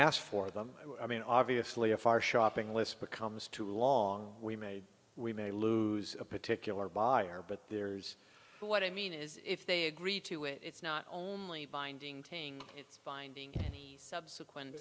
ask for them i mean obviously if our shopping list becomes too long we may we may lose a particular buyer but there's what i mean is if they agree to it it's not only binding it's binding and subsequent